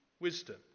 wisdom